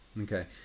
Okay